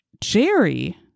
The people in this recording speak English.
Jerry